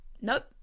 Nope